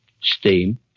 Steam